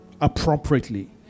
appropriately